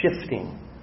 shifting